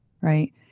right